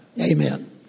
Amen